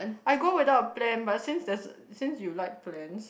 I go without a plan but since there's since you like plans